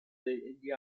degli